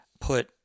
put